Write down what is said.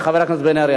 חבר הכנסת בן-ארי,